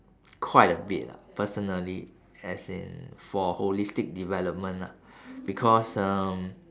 quite a bit lah personally as in for holistic development ah because um